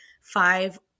five